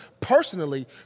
personally